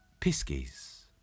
Piskies